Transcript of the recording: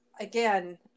again